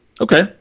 Okay